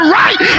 right